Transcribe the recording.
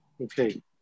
okay